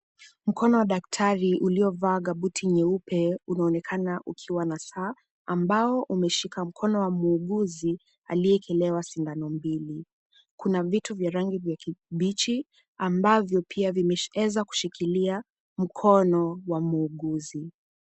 Mkono wa daktari uliovaa kabuti nyeupe unaonekana ukiwa na saa ambao umeshika mkono wa muuguzi aliyeekelewa sindano mbili. Kuna vitu vya rangi vya kibichi ambavyo pia vimeeza kushikilia mkono wa muuguzi.